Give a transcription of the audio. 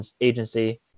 agency